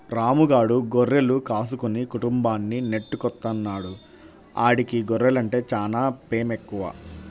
రాము గాడు గొర్రెలు కాసుకుని కుటుంబాన్ని నెట్టుకొత్తన్నాడు, ఆడికి గొర్రెలంటే చానా పేమెక్కువ